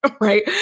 Right